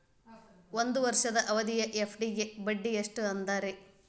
ಒಂದ್ ವರ್ಷದ ಅವಧಿಯ ಎಫ್.ಡಿ ಗೆ ಬಡ್ಡಿ ಎಷ್ಟ ಅದ ರೇ?